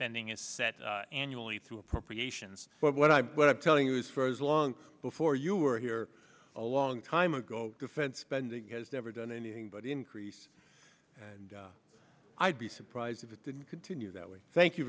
bending is set annually to appropriations but what i'm telling you is for as long before you were here a long time ago defense spending has never done anything but increase and i'd be surprised if it didn't continue that way thank you